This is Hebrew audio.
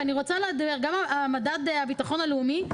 וגם המדד לביטחון לאומי,